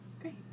great